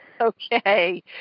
Okay